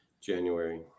January